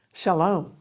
Shalom